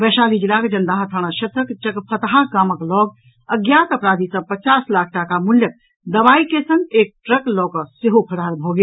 वैशाली जिलाक जंदाहा थाना क्षेत्रक चकफतहा गामक लऽग अज्ञात अपराधी सभ पचास लाख टाका मूल्यक दवाई के संग एक ट्रक लऽकऽ सेहो फरार भऽ गेल